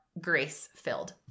grace-filled